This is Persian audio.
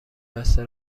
بسته